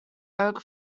oak